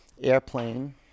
airplane